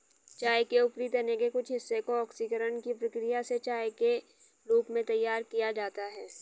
चाय के ऊपरी तने के कुछ हिस्से को ऑक्सीकरण की प्रक्रिया से चाय के रूप में तैयार किया जाता है